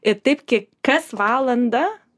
ir taip kie kas valandą